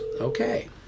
Okay